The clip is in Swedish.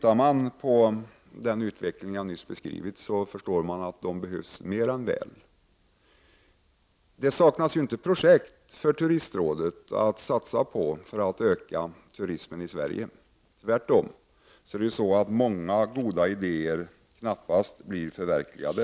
Av den utveckling jag nyss har beskrivit förstår man att dessa pengar behövs mer än väl. Turistrådet saknar inte projekt att satsa på i syfte att öka turismen i Sverige. Det är tvärtom så att många goda idéer knappast blir förverkligade.